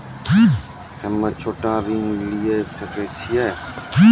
हम्मे छोटा ऋण लिये सकय छियै?